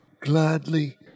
Gladly